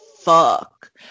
fuck